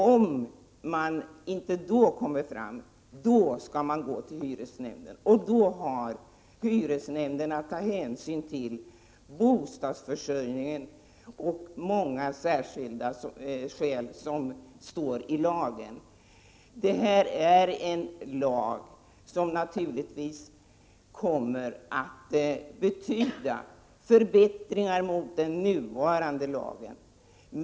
Om man inte då kommer fram till något resultat, skall man gå till hyresnämnden. Då har hyresnämnden att ta hänsyn till bostadsförsörjningen och många särskilda skäl som står angivna i lagen. Detta är en lag som naturligtvis kommer att betyda förbättringar jämfört med den nuvarande lagen.